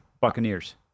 Buccaneers